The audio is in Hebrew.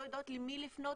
לא יודעות למי לפנות,